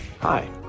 Hi